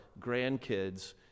grandkids